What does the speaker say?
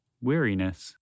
weariness